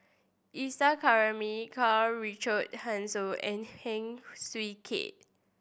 Isa Kamari Karl Richard Hanitsch and Heng Swee Keat